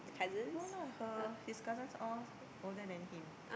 no lah her his cousins all older than him